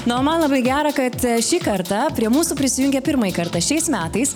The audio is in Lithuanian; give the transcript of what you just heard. na o man labai gera kad šį kartą prie mūsų prisijungė pirmąjį kartą šiais metais